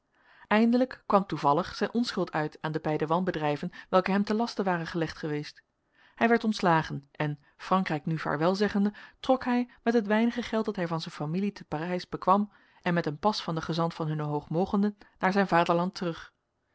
eindelijk kwam toevallig zijn onschuld uit aan de beide wanbedrijven welke hem te laste waren gelegd geweest hij werd ontslagen en frankrijk nu vaarwelzeggende trok hij met het weinige geld dat hij van zijn familie te parijs bekwam en met een pas van den gezant van hunne hoog mogenden naar zijn vaderland terug